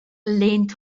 lehnt